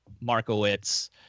Markowitz